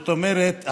זאת אומרת,